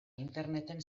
interneten